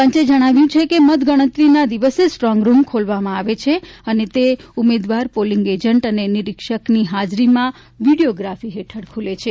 પંચે જણાવ્યું છે કે મતગણતરીના દિવસે સ્ટ્રોંગરૂમ ખોલવામાં આવે છે અને તે ઉમેદવાર પોલીંગ એજન્ટ અને નિરીક્ષકની હાજરીમાં વીડીયોગ્રાફી હેઠળ ખુલે છે